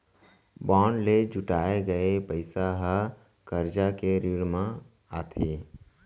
bond ले जुटाए गये पइसा ह करजा के श्रेणी म आथे